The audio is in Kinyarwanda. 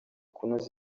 kunoza